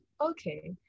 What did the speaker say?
okay